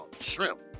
shrimp